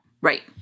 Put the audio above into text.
Right